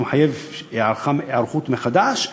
זה מחייב היערכות מחדש,